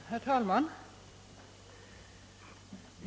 Herr talman!